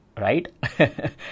right